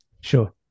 Sure